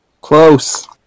Close